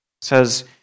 says